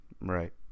Right